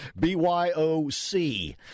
BYOC